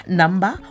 number